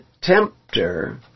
tempter